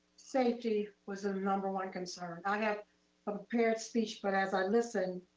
safety was the number one concern. i had a prepared speech, but as i listen